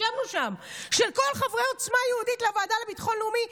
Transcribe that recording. של כל חברי עוצמה יהודית בוועדה לביטחון לאומי,